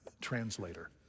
translator